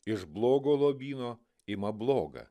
iš blogo lobyno ima bloga